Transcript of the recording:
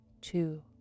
two